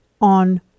on